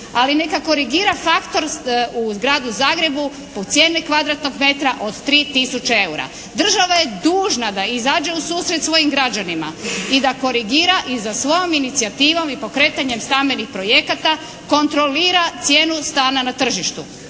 ali neka korigira faktor u Gradu Zagrebu po cijeni kvadratnog metra od 3000 eura. Država je dužna da izađe u susret svojim građanima i da korigira i sa svojom inicijativom i pokretanjem stambenih projekata, kontrolira cijenu stana na tržištu.